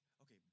okay